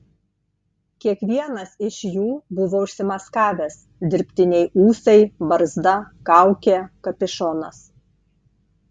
kiekvienas iš jų buvo užsimaskavęs dirbtiniai ūsai barzda kaukė kapišonas